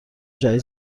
جدید